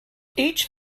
each